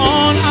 on